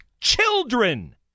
children